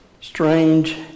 strange